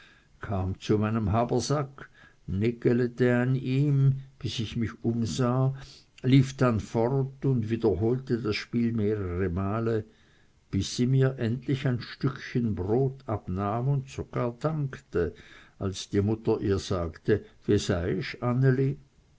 kam zu meinem habersack niggelete an ihm bis ich mich umsah lief dann fort und wiederholte das spiel mehrere male bis sie endlich mir ein stückchen brot abnahm und sogar dankte als die mutter ihr sagte